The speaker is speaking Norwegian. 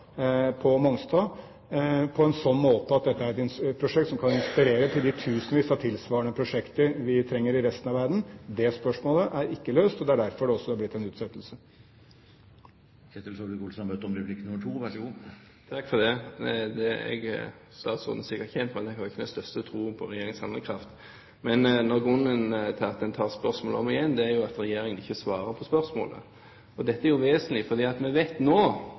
på Mongstad på en slik måte at dette er et prosjekt som kan inspirere til de tusenvis av tilsvarende prosjekter vi trenger i resten av verden? Det spørsmålet er ikke løst, og det er derfor det også har blitt en utsettelse. Statsråden er sikkert kjent med at jeg ikke har den største troen på regjeringens handlekraft. Grunnen til at en tar spørsmålet om igjen, er jo at regjeringen ikke svarer på spørsmålet. Dette er vesentlig, for vi vet nå